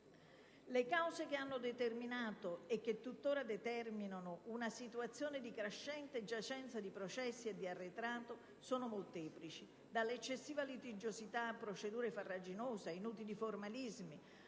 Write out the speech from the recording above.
Le cause che hanno determinato, e che tuttora determinano, una situazione di crescente giacenza di processi e di arretrato sono molteplici: dall'eccessiva litigiosità a procedure farraginose; da inutili formalismi